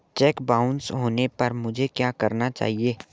Check bounce होने पर मुझे क्या करना चाहिए?